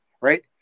right